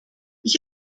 ich